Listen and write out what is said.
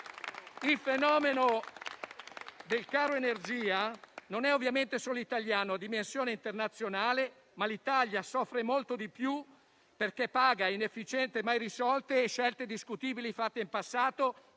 Il fenomeno del caro energia non è ovviamente solo italiano; ha dimensione internazionale, ma l'Italia soffre molto di più perché paga inefficienze mai risolte e scelte discutibili fatte in passato